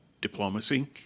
diplomacy